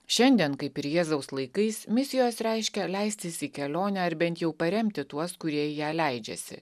šiandien kaip ir jėzaus laikais misijos reiškia leistis į kelionę ar bent jau paremti tuos kurie į ją leidžiasi